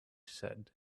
said